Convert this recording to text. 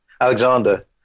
Alexander